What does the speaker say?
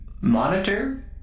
monitor